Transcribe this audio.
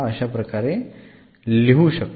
अशा प्रकारे लिहू शकतो